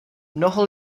mnoho